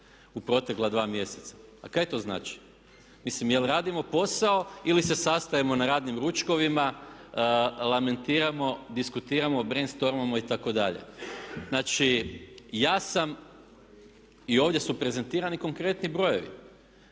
u protekla dva mjeseca. Pa kaj to znači? Mislim jel' radimo posao ili se sastajemo na radnim ručkovima, lamentiramo, diskutiramo, brend stormamo itd. Znači, ja sam i ovdje su prezentirani konkretni brojevi.